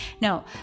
No